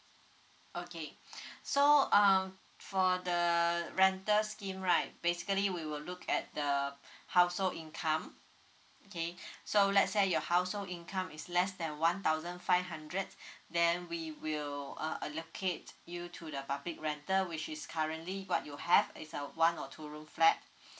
okay so um for the rental scheme right basically we will look at the household income okay so let's say your household income is less than one thousand five hundred then we will uh allocate you to the public rental which is currently what you have is a one or two room flat